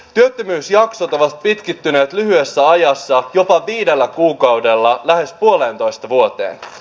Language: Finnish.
työttömyysjaksot ovat pitkittyneet lyhyessä ajassa jopa viidellä kuukaudella lähes puoleentoista vuoteen